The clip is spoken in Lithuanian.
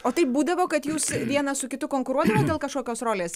o taip būdavo kad jūs vienas su kitu konkuruo dėl kažkokios rolės